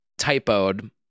typoed